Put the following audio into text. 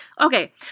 Okay